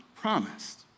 promised